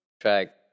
track